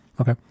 Okay